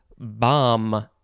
bomb